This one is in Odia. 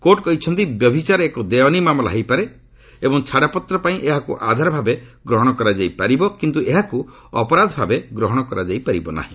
କୋର୍ଟ କହିଛନ୍ତି ବ୍ୟଭିଚାର ଏକ ଦେୱାନୀ ମାମଲା ହୋଇପାରେ ଏବଂ ଛାଡ଼ପତ୍ର ପାଇଁ ଏହାକୁ ଆଧାର ଭାବେ ଗ୍ରହଣ କରାଯାଇ ପାରିବ କିନ୍ତୁ ଏହାକୁ ଅପରାଧ ଭାବେ ଗ୍ରହଣ କରାଯାଇ ପାରିବ ନାହିଁ